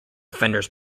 offenders